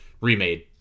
remade